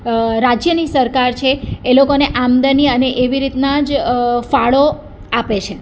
રાજ્યની સરકાર છે એ લોકોને આમદની અને એવી રીતના જ ફાળો આપે છે